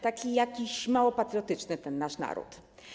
Taki jakiś mało patriotyczny ten nasz naród.